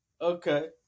okay